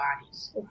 bodies